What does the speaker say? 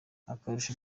akarusho